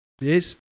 Yes